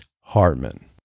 Hartman